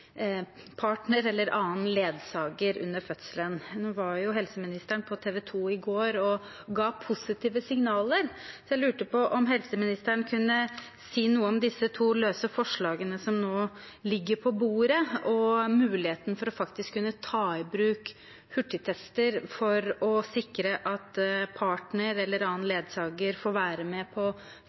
partner eller annen ledsager under fødselen. Nå var jo helseministeren på TV 2 i går og ga positive signaler, så jeg lurte på om helseministeren kunne si noe om disse to løse forslagene som nå ligger på bordet, og muligheten for faktisk å kunne ta i bruk hurtigtester for å sikre at partner eller annen ledsager får være med på